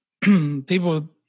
people